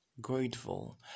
grateful